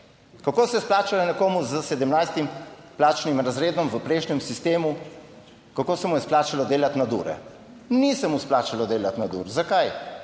Kako se je splačalo nekomu s 17. plačnim razredom v prejšnjem sistemu, kako se mu je splačalo delati nadure? Ni se mu splačalo delati nadur. Zakaj?